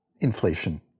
Inflation